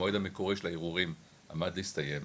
המועד המקורי של הערעורים עמד להסתיים,